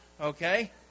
okay